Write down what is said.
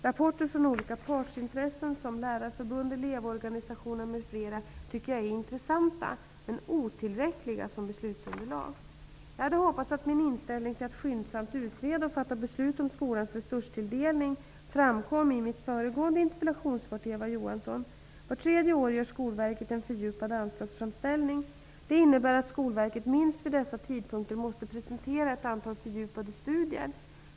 Rapporter från olika partsintressen såsom lärarförbund, elevorganisationer m.fl. tycker jag är intressanta men otillräckliga som beslutsunderlag. Jag hade hoppats att min inställning till att skyndsamt utreda och fatta beslut om skolans resurstilldelning framkom i mitt föregående interpellationssvar till Eva Johansson. Vart tredje år gör Skolverket en fördjupad anslagsframställning. Det innebär att Skolverket minst vid dessa tidpunkter måste presentera ett antal fördjupade studier.